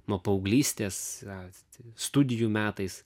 nuo paauglystės studijų metais